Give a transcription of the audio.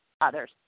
others